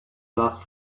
last